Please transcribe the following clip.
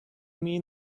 mean